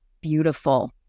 beautiful